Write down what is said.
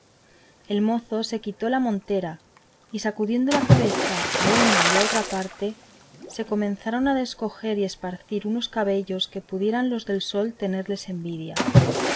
el mozo se quitó la montera y sacudiendo la cabeza a una y a otra parte se comenzaron a descoger y desparcir unos cabellos que pudieran los del sol tenerles envidia